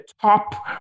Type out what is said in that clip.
top